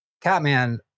Catman